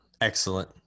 excellent